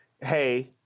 hey